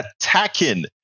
attacking